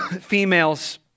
females